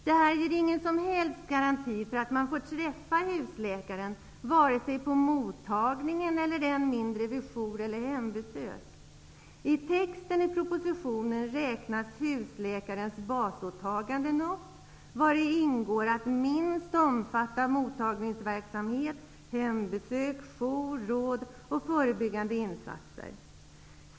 Det här ger ingen som helst garanti för att man får träffa husläkaren, vare sig på mottagningen eller än mindre vid jour eller hembesök. I texten i propositionen räknas husläkarens basåtaganden upp, vari ingår att ''minst omfatta mottagningsverksamhet, hembesök, jour, råd och förebyggande insatser''.